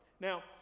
Now